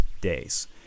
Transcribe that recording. days